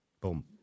boom